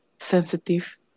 Sensitive